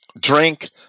drink